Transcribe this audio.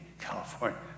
California